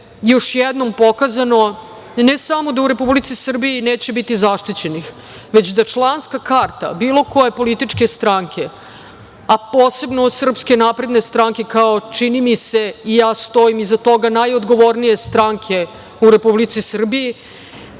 još jednom je pokazano ne samo da u Republici Srbiji neće biti zaštićenih, već da članska karta bilo koje političke stranke, a posebno SNS kao, čini mi se, i ja stojim iza toga, najodgovornije stranke u Republici Srbiji,